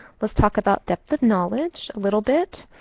let's talk about depth of knowledge a little bit.